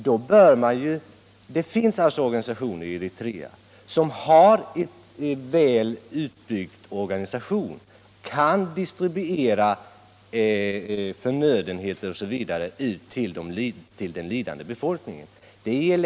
Det finns organisationer i Eritrea som är väl utbyggda och kan distribuera förnödenheter osv. ut till den lidande befolkningen, bl.a. ELF.